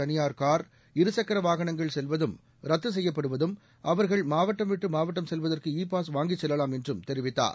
தனியார் கார் இருசக்கர வாகனங்கள் செல்வதும் ரத்து செய்யப்படுவதும் அவர்கள் மாவட்டம் விட்டு மாவட்டம் செல்வதற்கு இ பாஸ் வாங்கிச் செல்லலாம் என்றும் அவர் தெரிவித்தார்